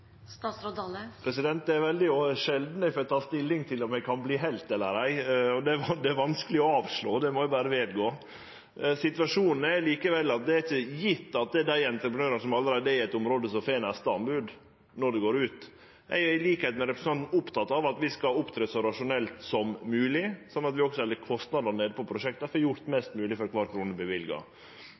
Det er veldig sjeldan eg får ta stilling til om eg kan verte helt eller ei. Det er vanskeleg å avslå, det må eg berre vedgå. Situasjonen er likevel at det ikkje er gjeve at det er dei entreprenørane som allereie er i eit område, som får neste anbod. Eg er til liks med representanten oppteken av at vi skal opptre så rasjonelt som mogleg, slik at vi held kostnadene for prosjekta nede og får gjort mest mogleg for kvar krone